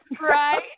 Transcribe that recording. Right